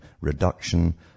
reduction